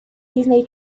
disney